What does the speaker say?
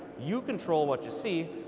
you control what you see,